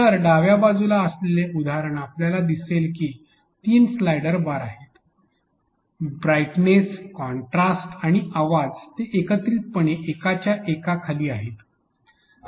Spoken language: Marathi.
तर डाव्या बाजूला असलेले उदाहरण आपल्याला दिसेल की तीन स्लाइडर बार आहेत ब्राइटनेस कॉन्ट्रास्ट आणि आवाज जे एकत्रितपणे एकाच्या एक खाली आहेत